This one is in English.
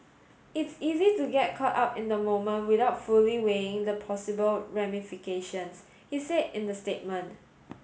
it's easy to get caught up in the moment without fully weighing the possible ramifications he said in the statement